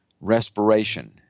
respiration